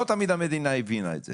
לא תמיד המדינה הבינה את זה.